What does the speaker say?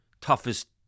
toughest